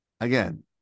again